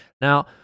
Now